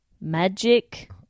magic